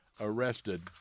arrested